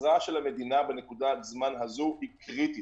העזרה של המדינה בנקודת הזמן הזו היא קריטית.